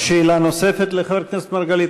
שאלה נוספת לחבר הכנסת מרגלית?